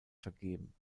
vergeben